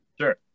Sure